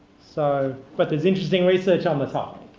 so, but there's interesting research on the topic.